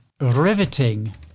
riveting